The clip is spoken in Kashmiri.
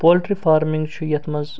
پوٚلٹری فارمِنٛگ چھُ یَتھ منٛز